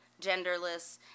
genderless